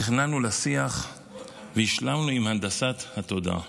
נכנענו לשיח והשלמנו עם הנדסת התודעה.